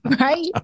right